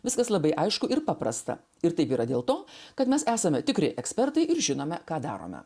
viskas labai aišku ir paprasta ir taip yra dėl to kad mes esame tikri ekspertai ir žinome ką darome